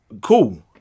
Cool